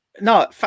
No